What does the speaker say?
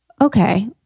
okay